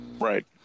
right